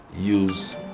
use